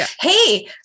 hey